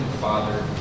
Father